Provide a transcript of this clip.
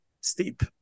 steep